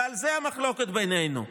ועל זה המחלוקת בינינו,